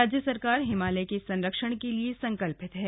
राज्य सरकार हिमालय के संरक्षण के लिए संकल्पित है